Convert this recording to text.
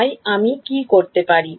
তাই আমি কি করতে পারি